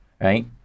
right